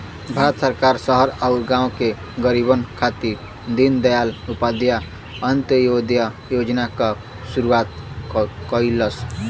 भारत सरकार शहर आउर गाँव के गरीबन खातिर दीनदयाल उपाध्याय अंत्योदय योजना क शुरूआत कइलस